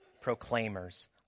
proclaimers